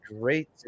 great